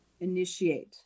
initiate